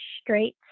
straight